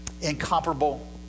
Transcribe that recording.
incomparable